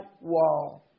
wall